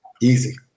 Easy